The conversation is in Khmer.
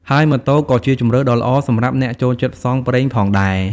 ហើយម៉ូតូក៏ជាជម្រើសដ៏ល្អសម្រាប់អ្នកចូលចិត្តផ្សងព្រេងផងដែរ។